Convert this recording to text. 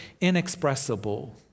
inexpressible